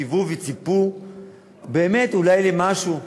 קיוו וציפו באמת אולי למשהו,